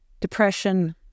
depression